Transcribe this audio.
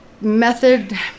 method